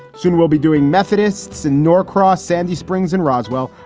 soon we'll be doing methodists in norcross, sandy springs and roswell.